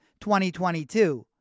2022